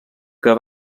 que